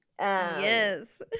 Yes